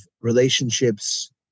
relationships